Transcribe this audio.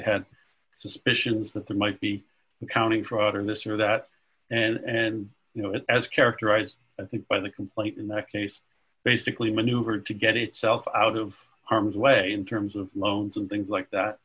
they had suspicions that there might be accounting fraud or this or that and you know it as characterized i think by the complaint in that case basically maneuvered to get itself out of harms way in terms of loans and things like that